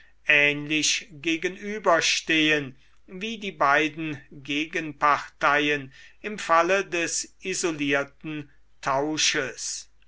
ähnlich gegenüberstehen wie die beiden gegenparteien im falle des isolierten tausches